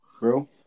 bro